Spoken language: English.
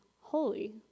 holy